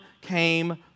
came